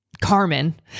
Carmen